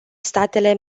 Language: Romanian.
statele